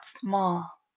small